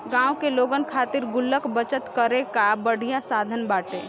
गांव के लोगन खातिर गुल्लक बचत करे कअ बढ़िया साधन बाटे